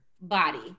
body